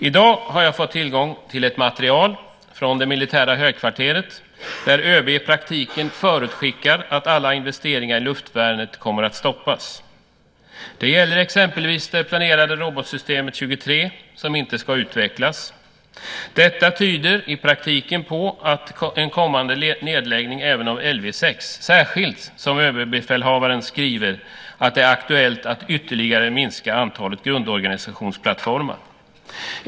I dag har jag fått tillgång till ett material från det militära Högkvarteret där ÖB i praktiken förutskickar att alla investeringar i luftvärnet kommer att stoppas. Det gäller exempelvis det planerade robotsystemet 23, som inte ska utvecklas. Detta tyder i praktiken på en kommande nedläggning även av Lv 6, särskilt som överbefälhavaren skriver att det är aktuellt att ytterligare minska antalet grundorganisationsplattformar.